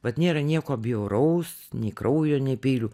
vat nėra nieko bjauraus nei kraujo nei peilių